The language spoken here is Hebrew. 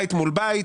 בית מול בית,